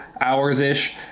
hours-ish